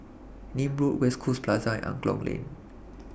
Nim Road West Coast Plaza and Angklong Lane